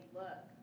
look